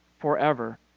forever